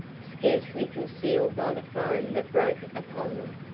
scarcely concealed by the foam that broke upon them.